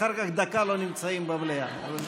ואחר כך דקה לא נמצאים במליאה.